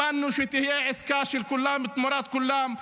שתהיה עסקה של כולם תמורת כולם.